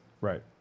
Right